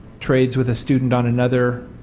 trades with a student on another